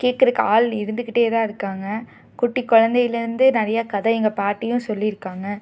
கேக்கிறக்கு ஆள் இருந்துக்கிட்டேதான் இருக்காங்க குட்டி குழந்தையிலருந்து நிறைய கதை எங்கள் பாட்டியும் சொல்லியிருக்காங்க